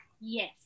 Yes